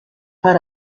her